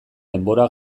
denbora